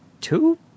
two